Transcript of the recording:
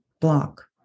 block